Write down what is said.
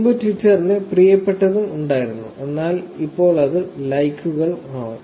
മുമ്പ് ട്വിറ്ററിന് പ്രിയപ്പെട്ടത് ഉണ്ടായിരുന്നു എന്നാൽ ഇപ്പോൾ അത് ലൈക്കുകൾ ആണ്